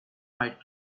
fight